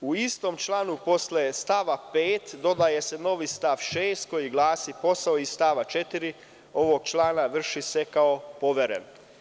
U istom članu posle stava 5. dodaje se novi stav 6. koji glasi: „posao iz stava 4. ovog člana vrši se kao poveren“